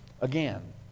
again